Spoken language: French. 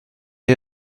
est